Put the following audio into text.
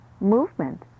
movement